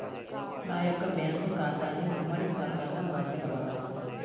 నా యొక్క బ్యాంకు ఖాతాని ఉమ్మడి ఖాతాగా మార్చగలరా?